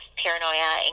paranoia